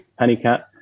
Pennycat